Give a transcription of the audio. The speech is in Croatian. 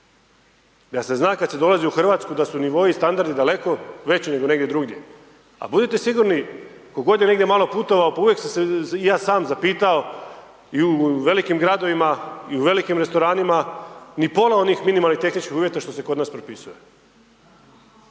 Da se zna kad se dolazi u Hrvatsku da su nivoi i standardi daleko veći nego negdje drugdje, a budite sigurni tko god je negdje malo putovao, pa uvijek su se, i ja sam zapitao, i u velikim gradovima, i u velikim restoranima, ni pola onih minimalnih tehničkih uvjeta što se kod nas propisuje.